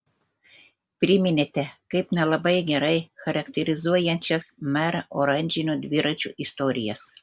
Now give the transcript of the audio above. priminėte kaip nelabai gerai charakterizuojančias merą oranžinių dviračių istorijas